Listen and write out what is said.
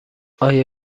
آیا